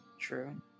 True